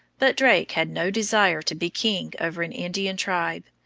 but drake had no desire to be king over an indian tribe.